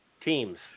teams